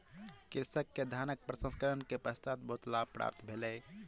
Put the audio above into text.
कृषक के धानक प्रसंस्करण के पश्चात बहुत लाभ प्राप्त भेलै